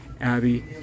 Abby